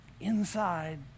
inside